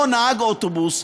או נהג אוטובוס,